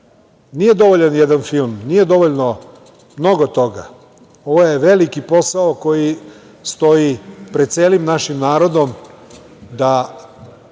dovoljan jedan film, nije dovoljno mnogo toga, ovo je veliki posao koji stoji pred celim našim narodom da